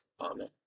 Amen